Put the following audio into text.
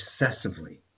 excessively